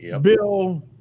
bill